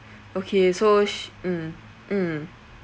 okay so sh~ mm mm